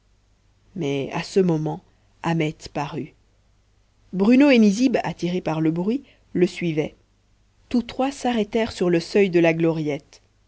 mais à ce moment ahmet parut bruno et nizib attirés par le bruit le suivaient tous trois s'arrêtèrent sur le seuil de la gloriette